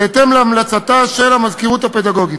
בהתאם להמלצתה של המזכירות הפדגוגית.